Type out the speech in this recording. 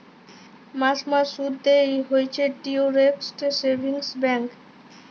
মাস মাস শুধ দেয় হইছে ডিইরেক্ট সেভিংস ব্যাঙ্ক